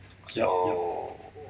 yup yup